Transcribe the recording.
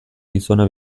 gizona